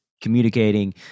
communicating